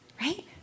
right